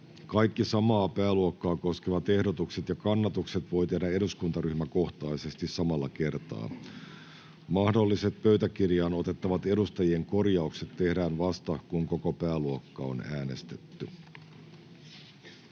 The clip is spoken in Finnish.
Kaikki samaa pääluokkaa koskevat ehdotukset ja kannatukset voi tehdä eduskuntaryhmäkohtaisesti samalla kertaa. Mahdolliset pöytäkirjaan otettavat edustajien korjaukset tehdään vasta, kun koko pääluokka on äänestetty.